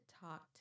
talk